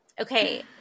Okay